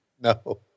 No